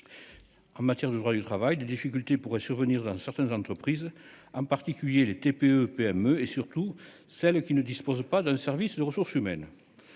En matière de droit du travail, des difficultés pourraient survenir dans certaines entreprises, en particulier les. TPE-PME et surtout celles qui ne disposent pas d'un service de ressource humaine